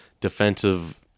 defensive